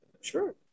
sure